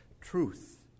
Truth